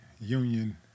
Union